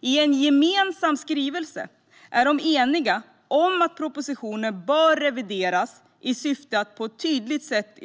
I en gemensam skrivelse är de eniga om att propositionen bör revideras i syfte att på ett tydligt sätt